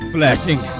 Flashing